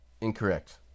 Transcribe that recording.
incorrect